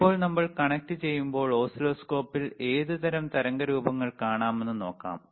ഇപ്പോൾ നമ്മൾ കണക്റ്റുചെയ്യുമ്പോൾ ഓസിലോസ്കോപ്പിൽ ഏത് തരം തരംഗരൂപങ്ങൾ കാണാമെന്ന് നോക്കാം